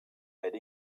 elle